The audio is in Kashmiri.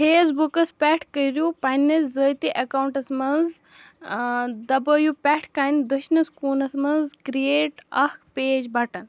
فیس بُکس پٮ۪ٹھ کٔرِو پنِنس ذٲتی اکاؤنٹَس منٛز دبٲیِو پٮ۪ٹھ کَن دٔشنِس کوٗنَس منٛز کریٹ اکھ پیج بٹن